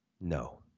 No